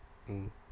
mm